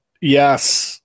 Yes